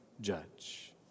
judge